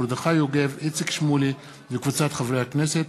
מרדכי יוגב ואיציק שמולי וקבוצת חברי הכנסת,